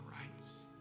rights